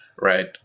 Right